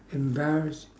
embarrassed